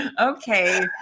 Okay